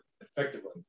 effectively